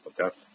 Okay